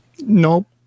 Nope